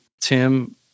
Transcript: Tim